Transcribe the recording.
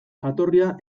jatorria